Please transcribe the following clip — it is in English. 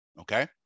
Okay